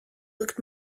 looked